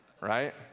Right